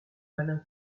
malin